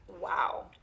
Wow